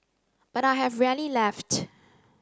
but I have rarely left